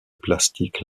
plastique